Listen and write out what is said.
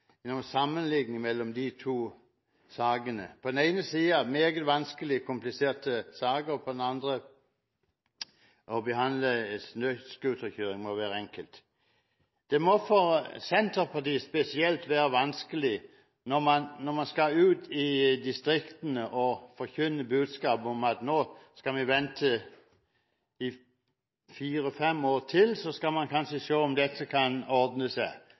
de to sakene – på den ene siden: meget vanskelige og kompliserte saker, på den andre siden: å behandle snøscooterkjøring må være enkelt. Det må spesielt for Senterpartiet være vanskelig når man skal ut i distriktene og forkynne budskapet om at vi nå skal vente i fire–fem år til, for kanskje å se om dette kan